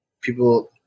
people